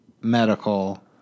medical